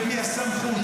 ומי הסמכות,